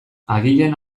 agian